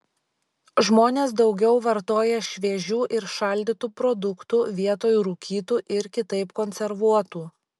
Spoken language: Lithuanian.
žmonės daugiau vartoja šviežių ir šaldytų produktų vietoj rūkytų ir kitaip konservuotų